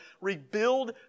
rebuild